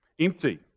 Empty